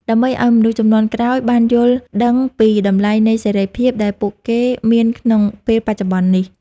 ដើម្បីឱ្យមនុស្សជំនាន់ក្រោយបានយល់ដឹងពីតម្លៃនៃសេរីភាពដែលពួកគេមានក្នុងពេលបច្ចុប្បន្ននេះ។